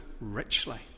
richly